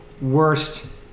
worst